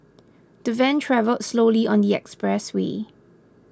the van travelled slowly on the expressway